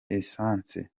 essence